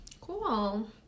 Cool